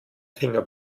finger